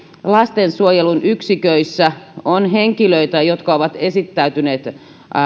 lastensuojelun yksiköissä on henkilöitä jotka ovat esittäytyneet